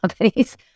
companies